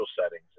settings